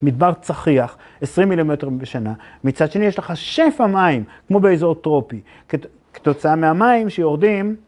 מדבר צחיח, 20 מילימטר בשנה, מצד שני יש לך שפע מים, כמו באזור טרופי. כתוצאה מהמים שיורדים...